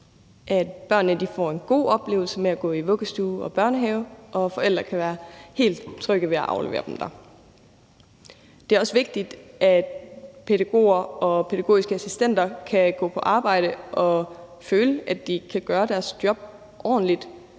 at børnene får en god oplevelse med at gå i vuggestue og børnehave, og at forældre kan være helt trygge ved at aflevere dem der. Det er også vigtigt, at pædagoger og pædagogiske assistenter kan gå på arbejde og føle, at de kan gøre deres job ordentligt